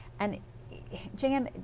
and jan,